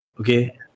Okay